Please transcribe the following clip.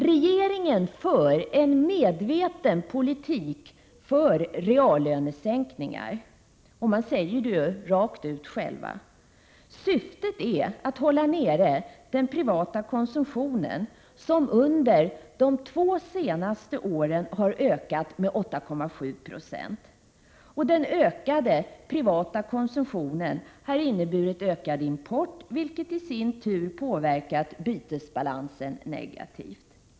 Regeringen för en medveten politik för reallönesänkningar och den säger rakt ut själv: Syftet är att hålla nere den privata konsumtionen, som under de två senaste åren har ökat med 8,7 26. Och den ökade privata konsumtionen har inneburit ökad import, vilket i sin tur påverkat bytesbalansen negativt.